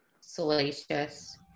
salacious